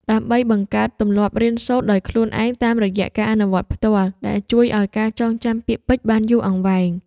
ដើម្បីបង្កើតទម្លាប់រៀនសូត្រដោយខ្លួនឯងតាមរយៈការអនុវត្តផ្ទាល់ ដែលជួយឱ្យការចងចាំពាក្យពេចន៍បានយូរអង្វែង។